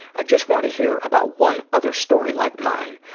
i just want to hear about one other story like mine,